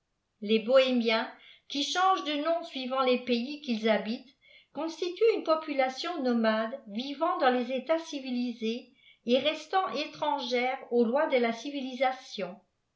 les bohémiens qui changent de noms suivant les pajjs qu'ilç l abitejit conslitueut une population nomade yivaiit dï s les étatsi cjvijiés et rnt étrangève aux lois de la civilisfiioa